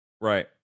Right